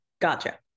Gotcha